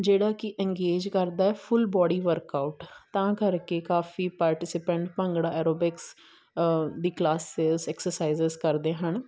ਜਿਹੜਾ ਕਿ ਇੰਗੇਜ ਕਰਦਾ ਫੁੱਲ ਬੋਡੀ ਵਰਕਆਊਟ ਤਾਂ ਕਰਕੇ ਕਾਫੀ ਪਾਰਟੀਸਪੈਂਟ ਭੰਗੜਾ ਐਰੋਬਿਕਸ ਦੀ ਕਲਾਸਿਸ ਐਕਸਰਸਾਈਜ਼ ਕਰਦੇ ਹਨ